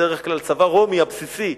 בדרך כלל צבא רומי הבסיסי,